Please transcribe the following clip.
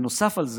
ונוסף על זה,